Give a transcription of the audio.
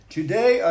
Today